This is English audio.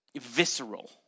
visceral